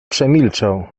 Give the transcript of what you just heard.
przemilczał